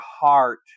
heart